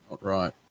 Right